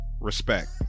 respect